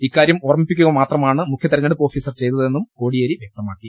ഇക്കാര്യം ഓർമ്മിപ്പിക്കുകമാത്രമാണ് മുഖ്യ തെരഞ്ഞെടുപ്പ് ഓഫീസർ ചെയ്തതെന്നും കോടിയേരി വ്യക്ത മാക്കി